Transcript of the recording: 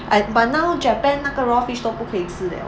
I but now japan 那个 raw fish 都不可以吃 liao